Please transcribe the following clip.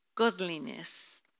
Godliness